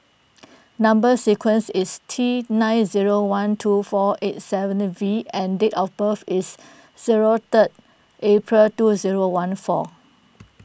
Number Sequence is T nine zero one two four eight seven and V and date of birth is zero third April two zero one four